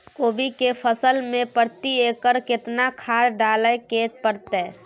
कोबी के फसल मे प्रति एकर केतना खाद डालय के परतय?